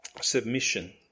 submission